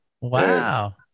Wow